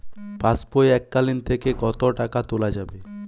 পাশবই এককালীন থেকে কত টাকা তোলা যাবে?